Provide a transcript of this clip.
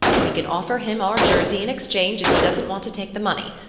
we can offer him our jersey in exchange if he doesn't want to take the money.